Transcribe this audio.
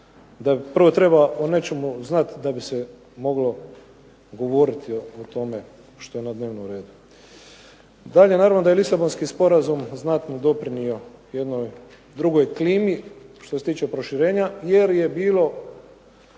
prvo o nečemu znati da bi se moglo govoriti o tome što je na dnevnom redu. Dalje, naravno da je Lisabonski sporazum doprinio jednoj drugoj klimi što se tiče proširenja, jer je bilo